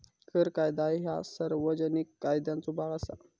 कर कायदा ह्या सार्वजनिक कायद्याचो भाग असा